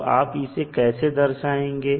तो आप इसे कैसे दर्शाएंगे